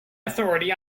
authority